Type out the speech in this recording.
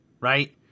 right